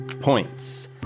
points